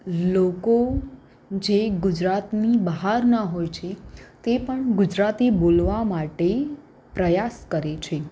લોકો જે ગુજરાતની બહારનાં હોય છે તે પણ ગુજરાતી બોલવા માટે પ્રયાસ કરે છે